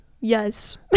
yes